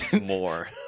more